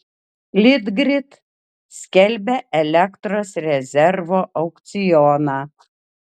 litgrid skelbia elektros rezervo aukcioną